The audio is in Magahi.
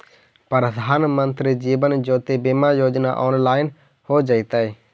प्रधानमंत्री जीवन ज्योति बीमा योजना ऑनलाइन हो जइतइ